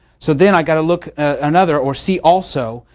so then i've got to look at another, or see also,